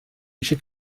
eisiau